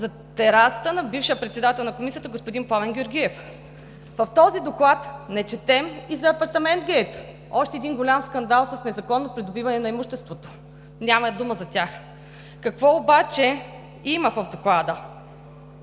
за терасата на бившия председател на Комисията господин Пламен Георгиев. В този доклад не четем и за „Апартаментгейт“ – още един голям скандал с незаконно придобиване на имущество. Няма и дума за тях. Какво обаче има в Доклада?